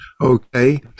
okay